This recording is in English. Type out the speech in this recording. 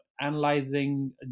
analyzing